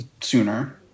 sooner